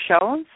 shows